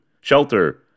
shelter